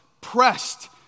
pressed